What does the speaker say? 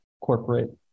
corporate